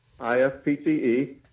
IFPTE